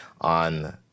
on